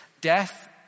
Death